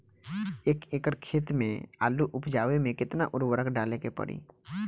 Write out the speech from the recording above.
एक एकड़ खेत मे आलू उपजावे मे केतना उर्वरक डाले के पड़ी?